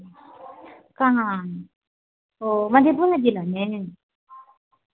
कहाँ ओ मधेपुरा जिला में